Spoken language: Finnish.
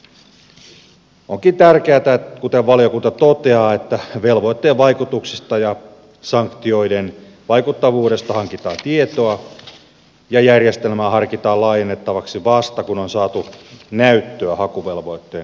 onkin tärkeätä kuten valiokunta toteaa että velvoitteen vaikutuksista ja sanktioiden vaikuttavuudesta hankitaan tietoa ja järjestelmää harkitaan laajennettavaksi vasta kun on saatu näyttöä hakuvelvoitteen hyödyllisyydestä